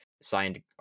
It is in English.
signed